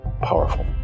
Powerful